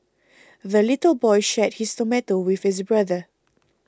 the little boy shared his tomato with his brother